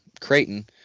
Creighton